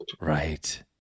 Right